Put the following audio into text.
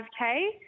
5K